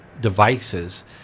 devices